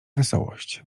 wesołość